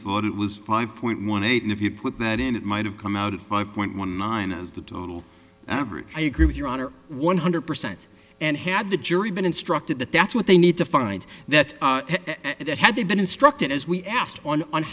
thought it was five point one eight and if you put that in it might have come out at five point one minus the total average i agree with your honor one hundred percent and had the jury been instructed that that's what they need to find that that had they been instructed as we asked on on